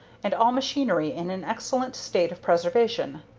and all machinery in an excellent state of preservation.